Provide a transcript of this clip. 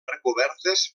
recobertes